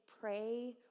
pray